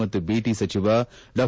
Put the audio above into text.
ಮತ್ತು ಬಿಟಿ ಸಚಿವ ಡಾ